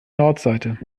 nordseite